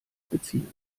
beziehen